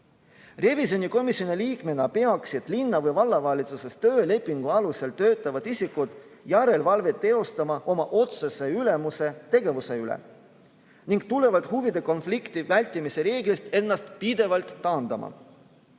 Revisjonikomisjoni liikmena peaksid linna- või vallavalitsuses töölepingu alusel töötavad isikud järelevalvet teostama oma otsese ülemuse tegevuse üle ning tulenevalt huvide konflikti vältimise reeglist ennast pidevalt taandama.